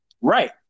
Right